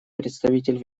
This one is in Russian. представитель